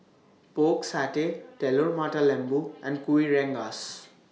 Pork Satay Telur Mata Lembu and Kuih Rengas